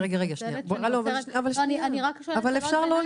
אני מתנצלת שאני עוצרת --- אפשר לא לקטוע.